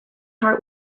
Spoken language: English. heart